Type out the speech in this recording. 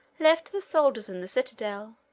left the soldiers in the citadel,